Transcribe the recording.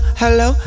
hello